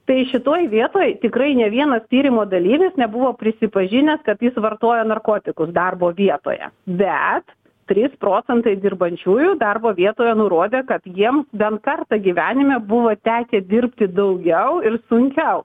tai šitoj vietoj tikrai ne vienas tyrimo dalyvis nebuvo prisipažinęs kad jis vartoja narkotikus darbo vietoje bet trys procentai dirbančiųjų darbo vietoje nurodė kad jiem bent kartą gyvenime buvo tekę dirbti daugiau ir sunkiau